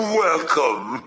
welcome